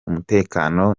umutekano